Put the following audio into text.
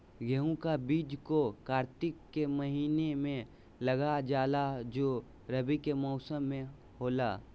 गेहूं का बीज को कार्तिक के महीना में लगा जाला जो रवि के मौसम में होला